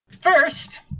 First